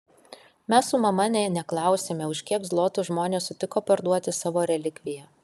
mes su mama nė neklausėme už kiek zlotų žmonės sutiko parduoti savo relikviją